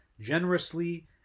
generously